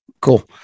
Cool